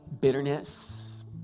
bitterness